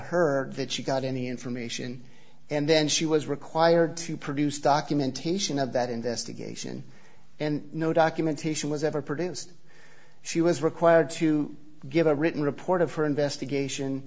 her that she got any information and then she was required to produce documentation of that investigation and no documentation was ever produced she was required to give a written report of her investigation